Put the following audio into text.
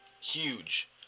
huge